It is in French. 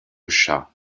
chat